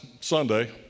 Sunday